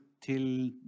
till